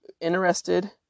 interested